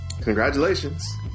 congratulations